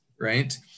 right